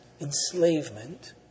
enslavement